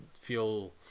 feel